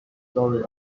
story